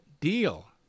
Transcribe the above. deal